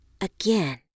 again